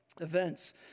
Events